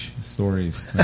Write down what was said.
stories